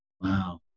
Wow